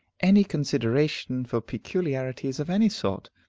any consideration for peculiarities of any sort.